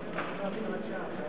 אדוני יושב-ראש הכנסת,